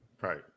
Right